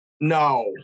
No